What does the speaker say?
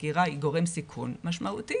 הגירה היא גורם סיכון משמעותי.